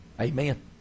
Amen